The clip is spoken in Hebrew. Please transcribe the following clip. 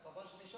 אז חבל שנשארתי,